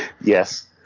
Yes